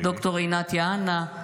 ד"ר עינת יהנה,